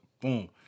boom